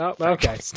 Okay